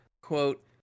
quote